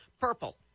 purple